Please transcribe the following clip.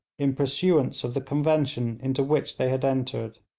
in pursuance of the convention into which they had entered.